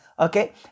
Okay